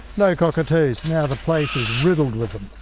no cockatoos, now the place is riddled with them.